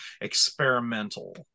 experimental